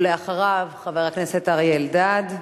ואחריו, חבר הכנסת אריה אלדד.